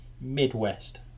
Midwest